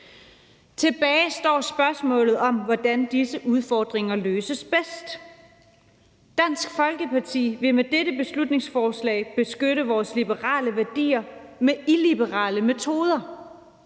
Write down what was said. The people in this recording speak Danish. Tilbage står spørgsmålet om, hvordan disse udfordringer løses bedst. Dansk Folkeparti vil med dette beslutningsforslag beskytte vores liberale værdier med illiberale metoder.